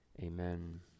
amen